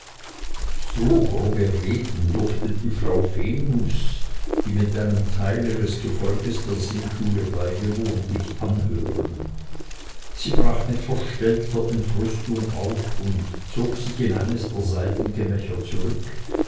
so grobe reden durfte die frau venus die mit einem teile ihres gefolges der singschule beigewohnt nicht anhören sie brach mit verstellter entrüstung auf und zog sich in eines der seitengemächer zurück